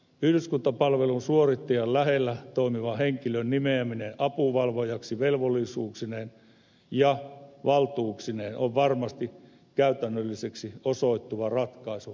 yhdyskuntapalvelun suorittajan lähellä toimivan henkilön nimeäminen apuvalvojaksi velvollisuuksineen ja valtuuksineen on varmasti käytännölliseksi osoittautuva ratkaisu puolin ja toisin